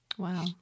Wow